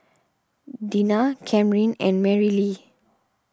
Dinah Camryn and Marylee